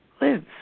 lives